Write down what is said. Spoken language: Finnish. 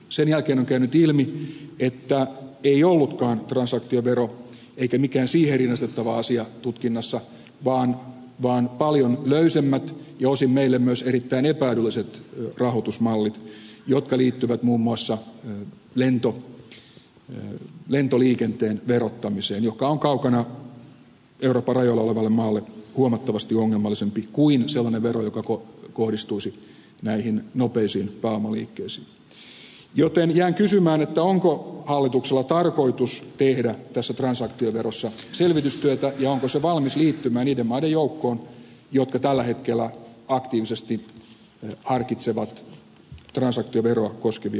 sen jälkeen on käynyt ilmi että ei ollutkaan transaktiovero eikä mikään siihen rinnastettava asia tutkinnassa vaan paljon löysemmät ja osin meille myös erittäin epäedulliset rahoitusmallit jotka liittyvät muun muassa lentoliikenteen verottamiseen joka on kaukana euroopan rajoilla olevalle maalle huomattavasti ongelmallisempi kuin sellainen vero joka kohdistuisi näihin nopeisiin pääomaliikkeisiin joten jään kysymään onko hallituksella tarkoitus tehdä tässä transaktioverossa selvitystyötä ja onko se valmis liittymään niiden maiden joukkoon jotka tällä hetkellä aktiivisesti harkitsevat transaktioveroa koskevia esityksiä